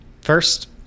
First